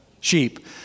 sheep